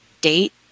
date